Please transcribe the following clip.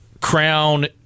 Crown